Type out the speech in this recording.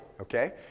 okay